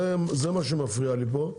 מה שמפריע לי פה זה